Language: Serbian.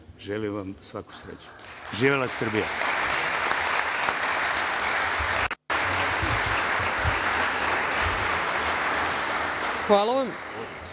Želim vam svaku sreću. Živela Srbija!